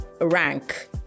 rank